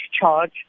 charge